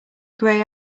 grey